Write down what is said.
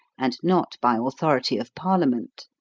and not by authority of parliament.